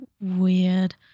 weird